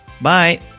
Bye